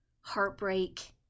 heartbreak